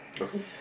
Okay